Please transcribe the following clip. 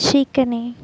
शिकने